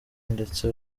ndetse